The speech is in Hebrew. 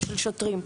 שוטרים.